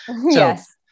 Yes